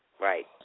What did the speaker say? Right